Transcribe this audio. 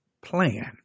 plan